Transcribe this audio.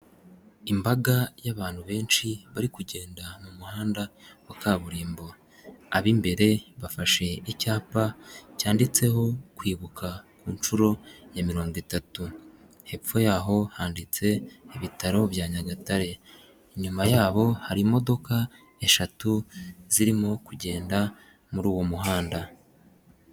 Imbaga y'abantu benshi bari kugenda mu muhanda wa kaburimbo ab'imbere bafashe icyapa cyanditseho kwibuka ku nshuro ya mirongo itatu, hepfo yaho handitse ibitaro bya Nyagatare, inyuma yabo hari imodoka eshatu zirimo kugenda muri uwo muhanda.